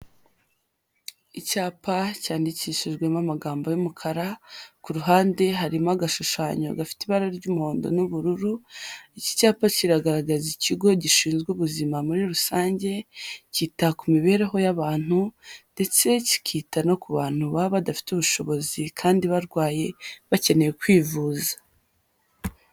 Icyapa cyandikishijwemo amagambo y'umukara, ku ruhande harimo agashushanyo gafite ibara ry'umuhondo n'ubururu, iki cyapa kiragaragaza ikigo gishinzwe ubuzima muri rusange, kita ku mibereho y'abantu ndetse kikita no ku bantu baba badafite ubushobozi kandi barwaye bakeneye kwivuza.